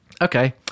Okay